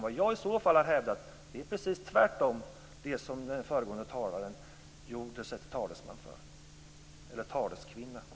Vad jag i så fall har hävdat är raka motsatsen till det som den föregående talaren gjorde sig till talesman - eller taleskvinna - för.